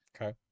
okay